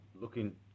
looking